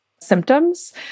symptoms